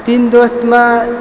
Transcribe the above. तीन दोस्त मे